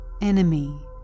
enemy